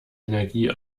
energie